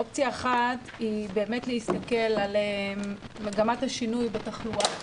אופציה אחת היא באמת להסתכל על מגמת השינוי בתחלואה,